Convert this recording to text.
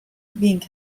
بینگ